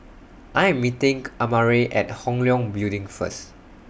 I Am meeting Amare At Hong Leong Building First